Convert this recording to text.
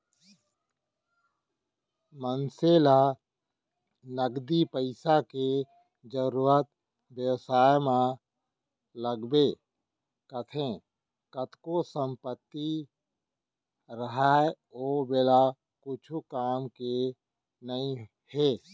मनसे ल नगदी पइसा के जरुरत बेवसाय म लगबे करथे कतको संपत्ति राहय ओ बेरा कुछु काम के नइ हे